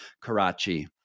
Karachi